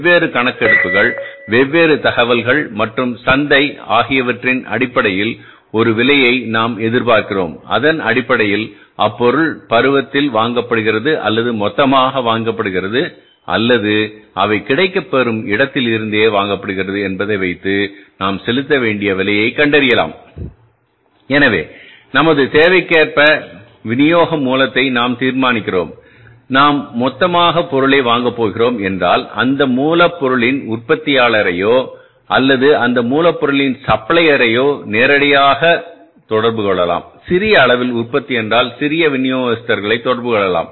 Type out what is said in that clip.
வெவ்வேறு கணக்கெடுப்புகள் வெவ்வேறு தகவல்கள் மற்றும் சந்தைஆகியவற்றின் அடிப்படையில் ஒரு விலையை நாம் எதிர்பார்க்கிறோம் அதன் அடிப்படையில் அப்பொருள் பருவத்தில் வாங்கப்படுகிறது அல்லது மொத்தமாக வாங்கப்படுகிறது அல்லது அவை கிடைக்கப்பெறும் இடத்தில் இருந்தே வாங்கப்படுகிறது என்பதை வைத்து நாம் செலுத்த வேண்டிய விலையை கண்டறியலாம் எனவே நமது தேவைக்கேற்ப விநியோக மூலத்தை நாம் தீர்மானிக்கிறோம் நாம் மொத்தமாக பொருளை வாங்கப் போகிறோம் என்றால் அந்த மூலப்பொருளின் உற்பத்தியாளரையோ அல்லது அந்த மூலப்பொருளின் சப்ளையரையோ நேரடியாக தொடர்பு கொள்ளலாம் சிறிய அளவில் உற்பத்தி என்றால் சிறிய விநியோகஸ்தர்களை தொடர்பு கொள்ளலாம்